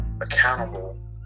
accountable